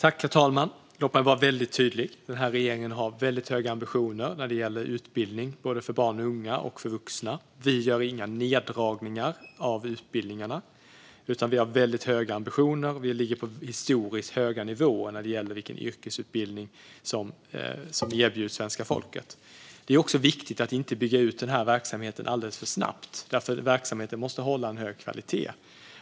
Herr talman! Låt mig vara väldigt tydlig: Regeringen har väldigt höga ambitioner när det gäller utbildning både för barn, unga och vuxna. Vi gör inga neddragningar av utbildningarna, vi har väldigt höga ambitioner och vi ligger på historiskt höga nivåer när det gäller vilken yrkesutbildning som erbjuds svenska folket. Det är också viktigt att inte bygga ut verksamheten alldeles för snabbt, för verksamheten måste hålla en hög kvalitet.